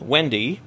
Wendy